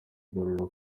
igorora